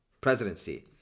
presidency